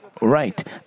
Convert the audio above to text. right